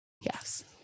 Yes